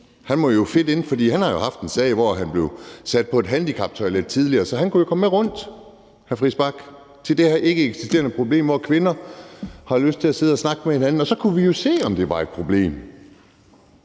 han må passe ind, for han har haft en sag tidligere, hvor han blev sat på et handicaptoilet. Så han kunne komme med rundt, hr. Christian Friis Bach, til det her ikkeeksisterende problem, hvor kvinder har lyst til at sidde og snakke med hinanden, og så kunne vi jo se, om det var et problem.